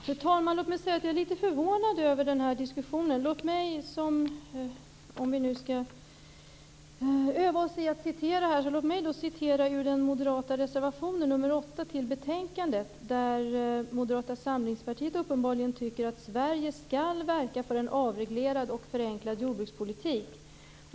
Fru talman! Jag är litet förvånad över den här diskussionen. Om vi nu skall öva oss i att citera, låt mig då citera ur den moderata reservationen nr 8 till betänkandet, där Moderata samlingspartiet uppenbarligen tycker att Sverige skall verka för en avreglerad och förenklad jordbrukspolitik.